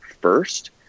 first